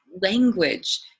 language